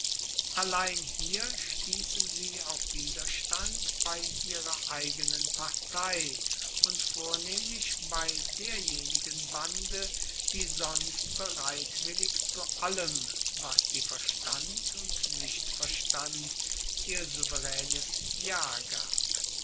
allein hier stießen sie auf widerstand bei ihrer eigenen partei und vornehmlich bei derjenigen bande die sonst bereitwillig zu allem was sie verstand und nicht verstand ihr souveränes ja